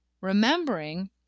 remembering